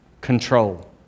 control